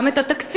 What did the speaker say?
גם את התקציב.